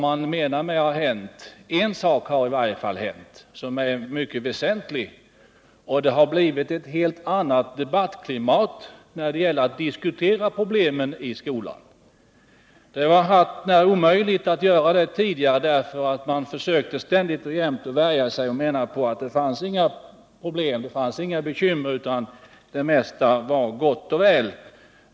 Men en sak har i varje fall hänt, och den är mycket väsentlig: Det har blivit ett helt annat debattklimat när det gäller att diskutera problemen i skolan. Det var hart när omöjligt att diskutera dem tidigare. Man försökte ständigt värja sig — det fanns inga problem och inga bekymmer, det mesta var gott och väl.